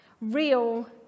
real